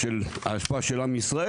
של האשפה של עם ישראל,